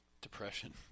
Depression